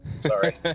Sorry